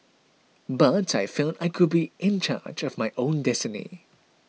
but I felt I could be in charge of my own destiny